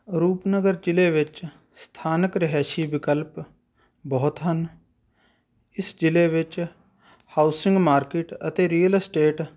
ਰੂਪਨਗਰ ਜ਼ਿਲ੍ਹੇ ਵਿੱਚ ਸਥਾਨਕ ਰਿਹਾਇਸ਼ੀ ਵਿਕਲਪ ਬਹੁਤ ਹਨ ਇਸ ਜ਼ਿਲ੍ਹੇ ਵਿੱਚ ਹਾਊਸਿੰਗ ਮਾਰਕੀਟ ਅਤੇ ਰੀਅਲ ਅਸਟੇਟ